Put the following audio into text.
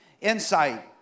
insight